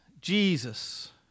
Jesus